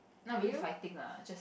not really scientist lah just